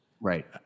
Right